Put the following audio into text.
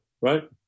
right